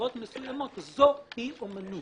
יצירות מסוימות - זוהי אומנות.